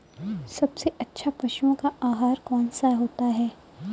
सबसे अच्छा पशुओं का आहार कौन सा होता है?